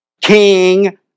king